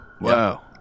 Wow